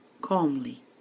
calmly